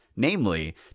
Namely